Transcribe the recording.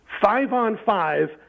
five-on-five